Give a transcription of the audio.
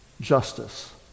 justice